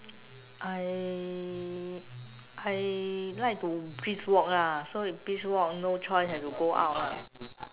I I like to brisk walk lah so if brisk walk no choice have to go out lah